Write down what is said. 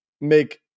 make